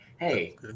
Hey